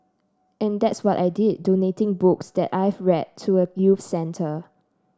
and that's what I did donating books that I've read to a youth centre